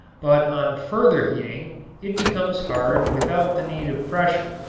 but on further heating it becomes hard without the need of pressure.